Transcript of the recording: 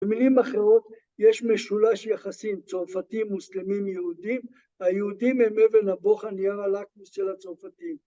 ‫במילים אחרות יש משולש יחסים, ‫צרפתים, מוסלמים, יהודים. ‫היהודים הם אבן הבוכן, ‫ניאר הלקמוס של הצרפתים.